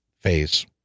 phase